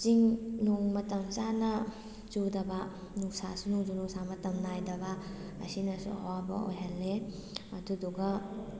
ꯆꯤꯡ ꯅꯣꯡ ꯃꯇꯝ ꯆꯥꯅ ꯆꯨꯗꯕ ꯅꯨꯡꯁꯥꯁꯨ ꯅꯣꯡꯖꯨ ꯅꯨꯡꯁꯥ ꯃꯇꯝ ꯅꯥꯏꯗꯕ ꯑꯁꯤꯅꯁꯨ ꯑꯋꯥꯕ ꯑꯣꯏꯍꯜꯂꯦ ꯑꯗꯨꯗꯨꯒ